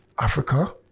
Africa